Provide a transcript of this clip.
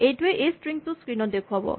এইটোৱে এই স্ট্ৰিং টো স্ক্ৰীন ত দেখুৱাব